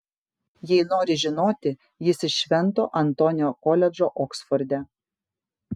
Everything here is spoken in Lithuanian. jei nori žinoti jis iš švento antonio koledžo oksforde